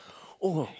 oh